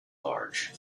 large